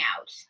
out